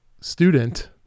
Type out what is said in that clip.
student